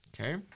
Okay